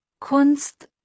Kunst